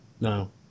No